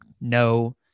No